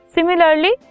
Similarly